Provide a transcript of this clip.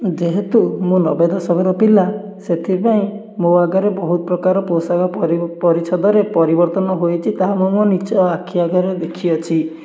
ଯେହେତୁ ମୁଁ ନବେ ଦଶକର ପିଲା ସେଥିପାଇଁ ମୋ ଆଗରେ ବହୁତ ପ୍ରକାର ପୋଷାକ ପରି ପରିଚ୍ଛଦରେ ପରିବର୍ତ୍ତନ ହୋଇଛି ତାହା ମୁଁ ମୋ ନିଜ ଆଖି ଆଗରେ ଦେଖିଅଛି